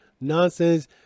nonsense